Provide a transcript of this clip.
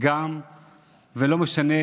ולא משנה